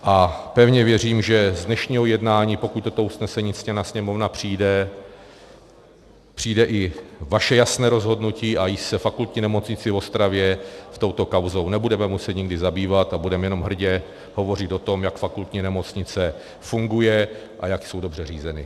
A pevně věřím, že z dnešního jednání, pokud toto usnesení ctěná Sněmovna přijme, přijde i vaše jasné rozhodnutí a již se Fakultní nemocnicí v Ostravě, touto kauzou, nebudeme muset nikdy zabývat a budeme jenom hrdě hovořit o tom, jak fakultní nemocnice funguje a jak jsou dobře řízeny.